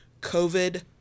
COVID